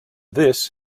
this